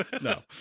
No